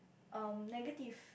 um negative